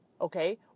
Okay